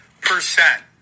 percent